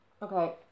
Okay